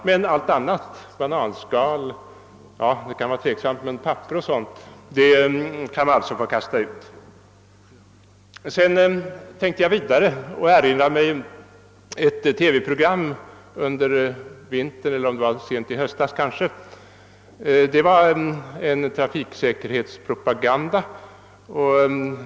Men allt annat såsom papper och sådant — kanske inte bananskal, det kan vara tveksamt — kan man alltså få kasta ut. Sedan erinrade jag mig ett TV-program under vintern eller kanske sent i höstas, som gällde trafiksäkerhetspropaganda.